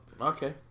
Okay